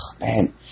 Man